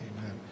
Amen